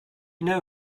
know